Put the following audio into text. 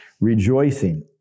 rejoicing